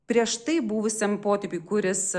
prieš tai buvusiam potėpį kuris